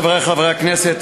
חברי חברי הכנסת,